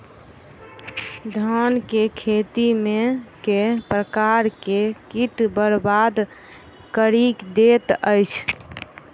धान केँ खेती मे केँ प्रकार केँ कीट बरबाद कड़ी दैत अछि?